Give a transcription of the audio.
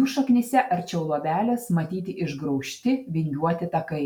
jų šaknyse arčiau luobelės matyti išgraužti vingiuoti takai